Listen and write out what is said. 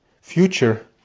future